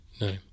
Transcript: No